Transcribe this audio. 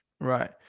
Right